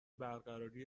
برقراری